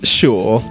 sure